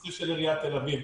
בנושא של עיריית תל-אביב.